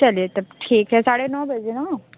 चलिए तब ठीक है साढ़े नौ बजे न